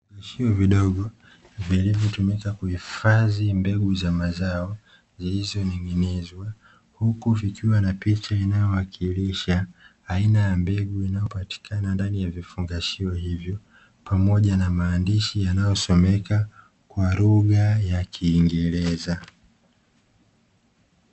Vifungashio vidogo vinavyotumika kuhifadhi mbegu za mazao zilizoning'inizwa, huku zikiwa na picha zinazowakilisha aina ya mbegu zinazopatikana ndani ya vifungashio hivyo pamoja na maandishi yanayosomeka kwa lugha ya kingereza.